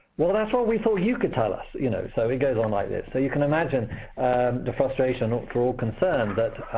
well, that's what we thought you could tell us. and you know so it goes on like this. so you can imagine the frustration for all concerned that